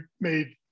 made